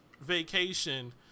vacation